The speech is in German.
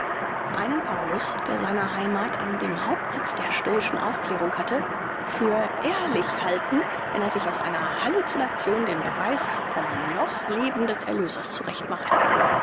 einen paulus der seine heimath an dem hauptsitz der stoischen aufklärung hatte für ehrlich halten wenn er sich aus einer hallucination den beweis vom noch leben des erlösers